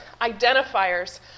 identifiers